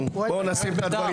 בואו נשים את הדברים.